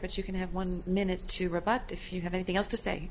but you can have one minute to rebut if you have anything else to say